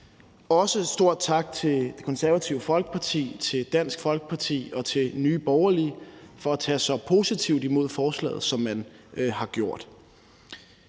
Også stor tak til Det Konservative Folkeparti, til Dansk Folkeparti og til Nye Borgerlige for at tage så positivt imod forslaget, som man har gjort.